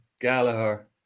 Gallagher